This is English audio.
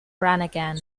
brannigan